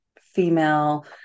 female